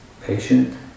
patient